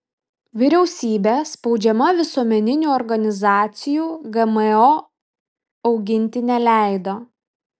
vyriausybė spaudžiama visuomeninių organizacijų gmo auginti neleido